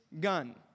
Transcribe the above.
gun